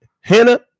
Hannah